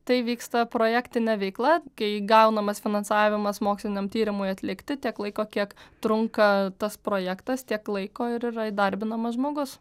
tai vyksta projektinė veikla kai gaunamas finansavimas moksliniam tyrimui atlikti tiek laiko kiek trunka tas projektas tiek laiko ir yra įdarbinamas žmogus